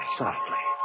softly